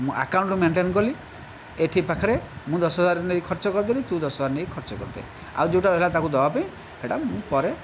ମୁଁ account maintain କଲି ଏଠି ପାଖରେ ମୁଁ ଦଶହଜାର ନେଇ ଖର୍ଚ୍ଚ କରିଦେଲି ତୁ ଦଶହଜାର ନେଇ ଖର୍ଚ୍ଚ କରିଦେ ଆଉ ଯେଉଁଟା ରହିଲା ତାକୁ ଦେବା ପାଇଁ ସେଇଟା ମୁଁ ପରେ